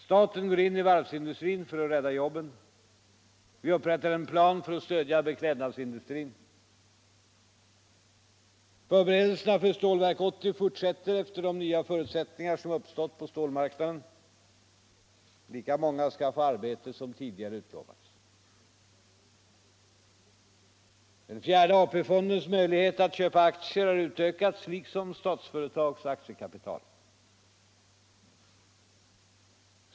Staten går in i varvsindustrin för att rädda jobben. Vi upprättar en plan för att stödja beklädnadsindustrin. Förberedelserna för Stålverk 80 fortsätter efter de nya förutsättningar som uppstått på stålmarknaden. Lika många skall få arbete som tidigare utlovats. Den fjärde AP-fondens möjlighet att köpa aktier har utökats liksom Statsföretags aktiekapital.